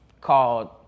called